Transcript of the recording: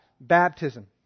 baptism